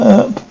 up